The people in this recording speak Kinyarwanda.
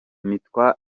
nitwa